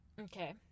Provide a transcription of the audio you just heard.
Okay